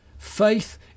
Faith